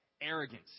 Arrogance